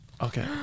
Okay